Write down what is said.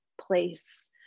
place